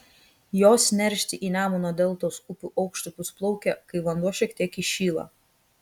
jos neršti į nemuno deltos upių aukštupius plaukia kai vanduo šiek tiek įšyla